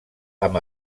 amb